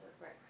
right